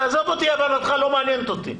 הבנתך לא מעניינת אותי.